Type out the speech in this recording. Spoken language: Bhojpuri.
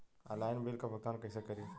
ऑनलाइन बिल क भुगतान कईसे करी?